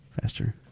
Faster